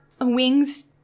wings